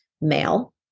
male